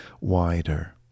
wider